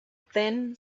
thin